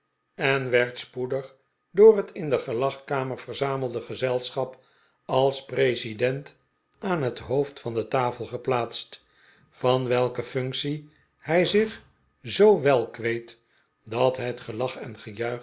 en werd spoedig door het in de gelagkamer verzamelde gezelschap als president aan het hoofd van de tafel geplaatst van welke func'tie hij zich zoo wel kweet dat het gelach en gejuich